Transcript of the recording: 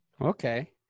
Okay